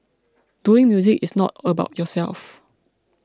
doing music is not about yourself